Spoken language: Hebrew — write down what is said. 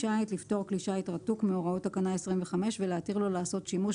שיט לפטור כלי שיט רתוק מהוראות תקנה 25 ולהתיר לו לעשות שימוש